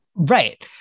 Right